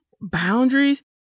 boundaries